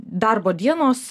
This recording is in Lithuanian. darbo dienos